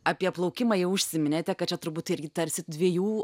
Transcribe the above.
apie plaukimą jau užsiminėte kad čia turbūt irgi tarsi dviejų